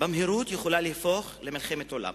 במהירות יכולים להפוך למלחמת עולם